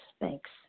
thanks